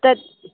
त